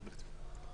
נכון.